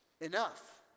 enough